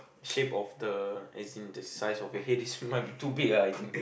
shape of the as in the size of your head is might be too big ah I think